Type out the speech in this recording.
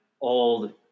old